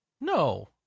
No